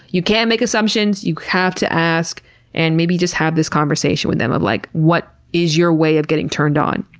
you can't make assumptions. you have to ask and maybe just have this conversation with them of like, what is your way of getting turned on?